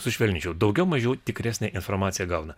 sušvelninčiau daugiau mažiau tikresnę informaciją gauna